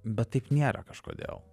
bet taip nėra kažkodėl